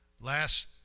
last